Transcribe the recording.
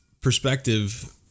perspective